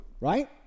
Right